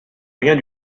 rien